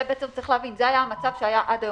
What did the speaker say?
זה היה המצב שהיה עד היום.